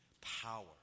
power